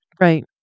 Right